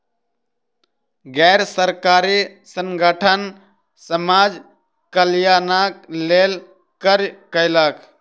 गैर सरकारी संगठन समाज कल्याणक लेल कार्य कयलक